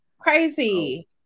Crazy